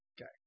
Okay